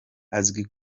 azi